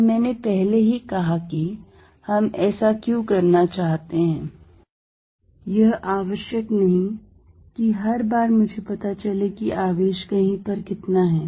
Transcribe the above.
अब मैंने पहले ही कहा कि हम ऐसा क्यों करना चाहते हैं यह आवश्यक नहीं कि हर बार मुझे पता चले कि आवेश कहीं पर कितना है